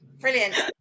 brilliant